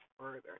further